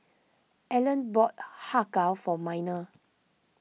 Alleen bought Har Kow for Minor